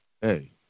hey